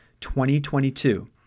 2022